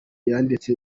yanditse